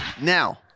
Now